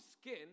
skin